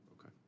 Okay